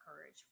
courage